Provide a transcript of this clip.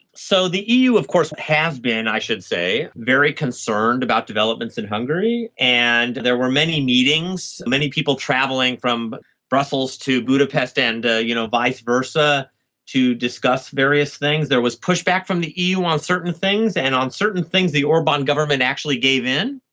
so the eu of course has been, i should say, very concerned about developments in hungary, and there were many meetings, many people travelling from brussels to budapest and you know vice versa to discuss various things. there was pushback from the eu on certain things, and on certain things the orban government actually gave in.